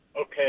Okay